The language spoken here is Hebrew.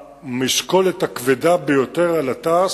המשקולת הכבדה ביותר על התע"ש,